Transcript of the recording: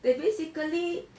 they basically